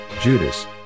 Judas